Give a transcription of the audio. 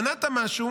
מנעת משהו,